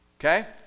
Okay